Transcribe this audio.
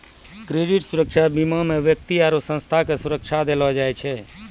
credit सुरक्षा बीमा मे व्यक्ति आरु संस्था के सुरक्षा देलो जाय छै